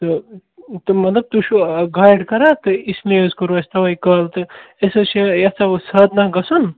تہٕ تِم مطلب تُہۍ چھُو گایِڈ کران تہٕ اس لیے حظ کوٚرُو اَسہِ تَوَے کال تہٕ أسۍ حظ چھِ یژھان وۄنۍ سادنہ گژھُن